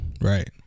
right